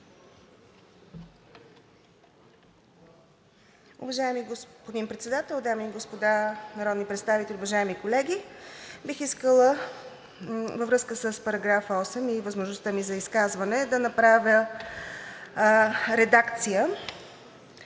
Уважаеми господин Председател, дами и господа народни представители, уважаеми колеги! Бих искала във връзка с § 8 и възможността ми за изказване да направя редакция